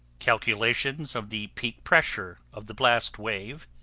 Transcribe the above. calculations of the peak pressure of the blast wave